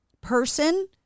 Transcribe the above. person